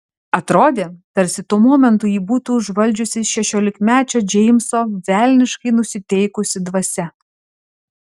atrodė tarsi tuo momentu jį būtų užvaldžiusi šešiolikmečio džeimso velniškai nusiteikusi dvasia